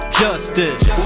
justice